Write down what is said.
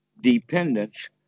dependence